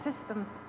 system